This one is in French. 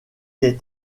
est